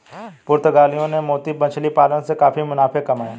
पुर्तगालियों ने मोती मछली पालन से काफी मुनाफे कमाए